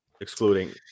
Excluding